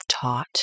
taught